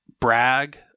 brag